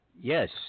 Yes